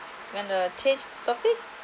you want to change topic